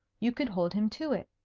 you could hold him to it.